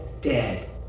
dead